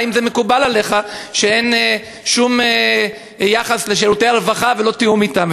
והאם מקובל עליך שאין שום יחס לשירותי הרווחה ולא תיאום אתם?